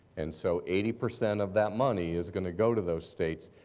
and so eighty percent of that money is going to go to those states.